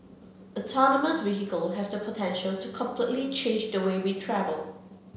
autonomous vehicle have the potential to completely change the way we travel